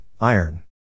Iron